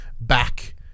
back